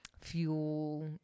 fuel